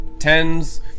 tens